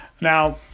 Now